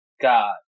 God